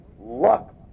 luck